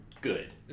good